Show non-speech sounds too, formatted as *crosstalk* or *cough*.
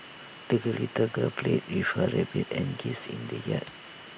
*unintelligible* little girl played with her rabbit and geese in the yard